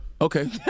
Okay